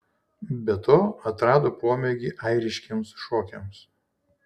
be to atrado pomėgį airiškiems šokiams